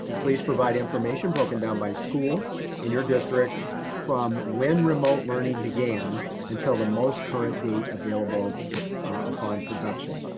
please provide information broken down by school in your district from when remote learning began until the most current date available upon production.